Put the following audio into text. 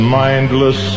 mindless